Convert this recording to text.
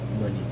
money